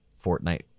Fortnite